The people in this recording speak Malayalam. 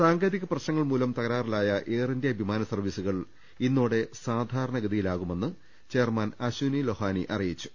സാങ്കേതിക പ്രശ്നങ്ങൾമൂലം തകരാറിലായ എയർ ഇന്ത്യ വിമാന സർവീസുകൾ ഇന്നോടെ സാധാരണ ഗ്രിയിലാകുമെന്ന് ചെയർമാൻ അശ്വനി ലൊഹാനി അറിയിച്ചു